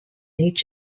each